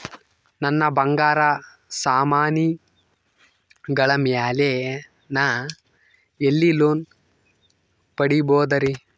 ನನ್ನ ಬಂಗಾರ ಸಾಮಾನಿಗಳ ಮ್ಯಾಲೆ ನಾ ಎಲ್ಲಿ ಲೋನ್ ಪಡಿಬೋದರಿ?